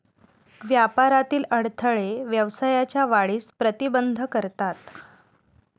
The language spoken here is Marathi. व्यापारातील अडथळे व्यवसायाच्या वाढीस प्रतिबंध करतात